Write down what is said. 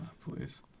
Please